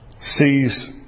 sees